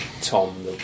Tom